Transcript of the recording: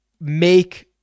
make